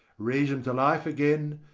raise them to life again,